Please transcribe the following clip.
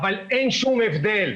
אבל אין שום הבדל,